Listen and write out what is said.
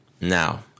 now